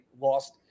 lost